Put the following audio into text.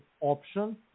option